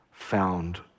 found